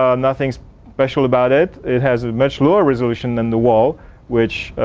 um nothing special about, it it has much more resolution than the wall which